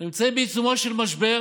אנחנו נמצאים בעיצומו של משבר